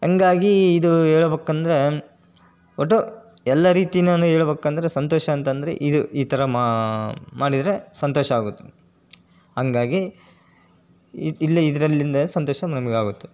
ಹಾಗಾಗಿ ಇದು ಹೇಳ್ಬೇಕಂದ್ರೆ ಒಟ್ಟು ಎಲ್ಲ ರೀತಿಯಿಂದನೂ ಹೇಳ್ಬಕಂದ್ರೆ ಸಂತೋಷ ಅಂತಂದರೆ ಇದು ಈ ಥರ ಮಾಡಿದರೆ ಸಂತೋಷ ಆಗುತ್ತೆ ಹಂಗಾಗಿ ಈ ಇಲ್ಲೇ ಇದರಲ್ಲಿಂದನೇ ಸಂತೋಷ ನಮಗಾಗುತ್ತೆ